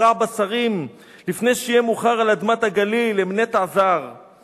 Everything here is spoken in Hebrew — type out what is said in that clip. הרע בשרים/ לפני שיהיה מאוחר על אדמת הגליל/ הם נטע זר/